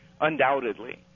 undoubtedly